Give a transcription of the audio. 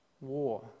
war